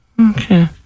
Okay